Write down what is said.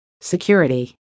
Security